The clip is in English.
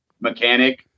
mechanic